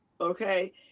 okay